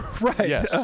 right